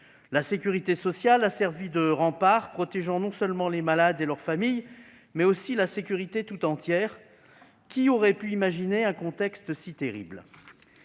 La sécurité sociale a servi de rempart, protégeant non seulement les malades et leurs familles, mais aussi la société tout entière. Qui aurait pu imaginer un contexte si terrible ?